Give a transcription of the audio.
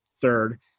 third